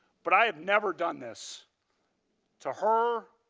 but i have never done this to her,